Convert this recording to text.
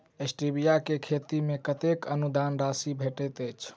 Stevia केँ खेती मे कतेक अनुदान राशि भेटैत अछि?